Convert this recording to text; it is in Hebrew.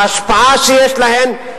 ההשפעה שיש להם,